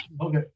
Okay